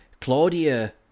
Claudia